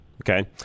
Okay